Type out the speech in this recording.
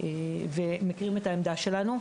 מכירים את העמדה שלנו,